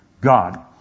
God